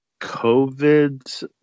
covid